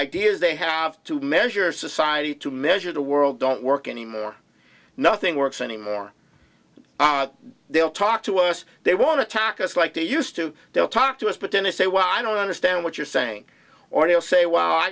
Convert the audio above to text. ideas they have to measure society to measure the world don't work anymore nothing works anymore they'll talk to us they want to talk to us like they used to they'll talk to us but then they say well i don't understand what you're saying or you'll say w